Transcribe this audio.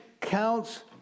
counts